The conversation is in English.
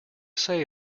say